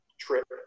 trip